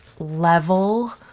Level